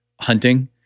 hunting